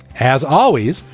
as always,